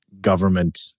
government